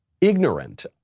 ignorant